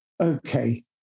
Okay